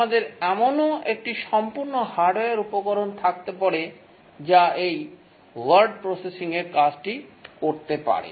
আমাদের এমনও একটি সম্পূর্ণ হার্ডওয়্যার উপকরণ থাকতে পারে যা এই ওয়ার্ড প্রসেসিং এর কাজটি করতে পারে